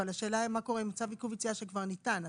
אבל השאלה היא מה קורה עם צו עיכוב יציאה שכבר ניתן?